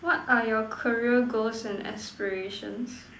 what are your career goals and aspirations